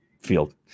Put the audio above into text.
field